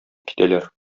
китәләр